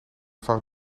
fout